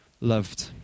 loved